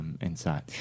Inside